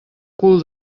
cul